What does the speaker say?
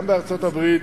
גם בארצות-הברית,